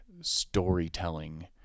storytelling